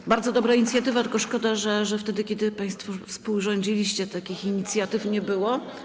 To bardzo dobra inicjatywa, tylko szkoda, że wtedy kiedy państwo współrządziliście, takich inicjatyw nie było.